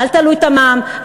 אל תעלו את המע"מ,